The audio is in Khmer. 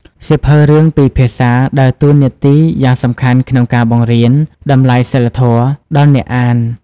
សៀវភៅរឿងពីរភាសាដើរតួនាទីយ៉ាងសំខាន់ក្នុងការបង្រៀន តម្លៃសីលធម៌ ដល់អ្នកអាន។